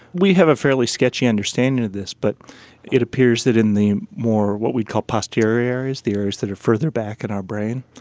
we have a fairly sketchy understanding of this, but it appears that in the more what we call posterior areas, the areas that are further back in our brain,